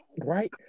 right